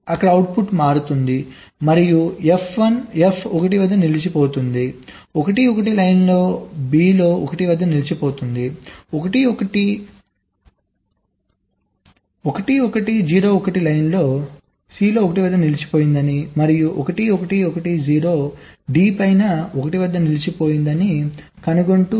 అక్కడ అవుట్పుట్ మారుతుంది మరియు F 1 వద్ద నిలిచిపోతుంది 1 1 లైన్ B లో 1 వద్ద నిలిచిపోయిందని 1 1 0 1 లైన్ C లో 1 వద్ద నిలిచిపోయిందని మరియు 1 1 1 0 D పై 1 వద్ద నిలిచిపోయిందని కనుగొంటుంది